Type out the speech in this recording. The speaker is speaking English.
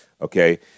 okay